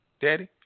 Daddy